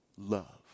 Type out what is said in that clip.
Love